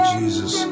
Jesus